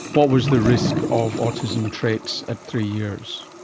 what was the risk of autism traits at three years?